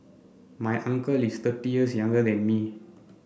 my uncle is thirty years younger than me